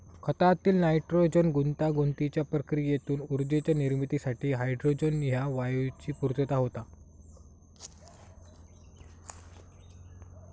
खतातील नायट्रोजन गुंतागुंतीच्या प्रक्रियेतून ऊर्जेच्या निर्मितीसाठी हायड्रोजन ह्या वायूची पूर्तता होता